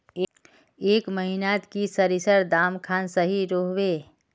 ए महीनात की सरिसर दाम खान सही रोहवे?